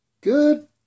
good